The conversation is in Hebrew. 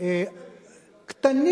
לא קטנים.